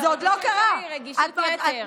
הרגישות שלי היא רגישות יתר.